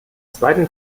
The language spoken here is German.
zweiten